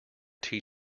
tea